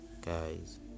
Guys